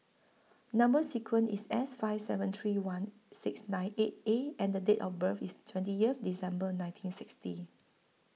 Number sequence IS S five seven three one six nine eight A and Date of birth IS twenty Year December one thousand nine hundred and sixty